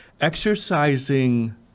exercising